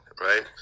right